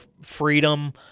freedom